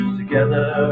together